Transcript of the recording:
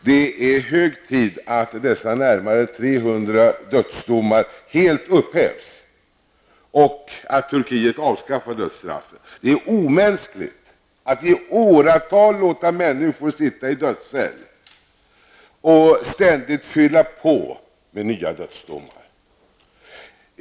Det är hög tid att dessa närmare 300 dödsdomar helt upphävs och att Turkiet avskaffar dödsstraffet. Det är omänskligt att i åratal låta människor sitta i dödscell och ständigt fylla på med nya dödsdomar.